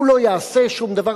הוא לא יעשה שום דבר.